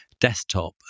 desktop